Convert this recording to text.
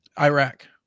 iraq